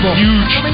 huge